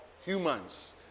humans